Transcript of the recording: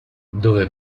dove